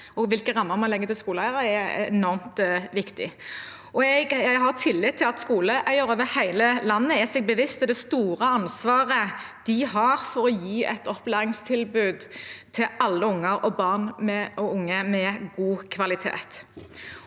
og hvilke rammer man legger til skoleeiere, er enormt viktig. Jeg har tillit til at skoleeiere over hele landet er seg bevisst det store ansvaret de har for å gi et opplæringstilbud til alle barn og unge, med god kvalitet.